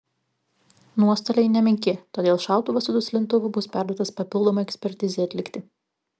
nuostoliai nemenki todėl šautuvas su duslintuvu bus perduotas papildomai ekspertizei atlikti